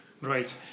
Right